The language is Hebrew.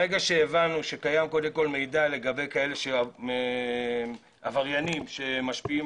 ברגע שהבנו שקיים קודם כל מידע לגבי עבריינים שמשפיעים